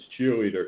cheerleader